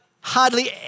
hardly